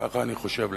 ככה אני חושב לעצמי.